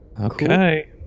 Okay